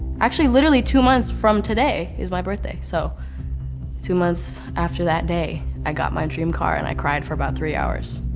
actually, literally two months from today is my birthday. so two months after that day, i got my dream car and i cried for about three hours.